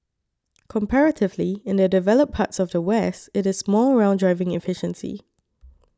comparatively in the developed parts of the West it is more around driving efficiency